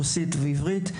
רוסית ועברית.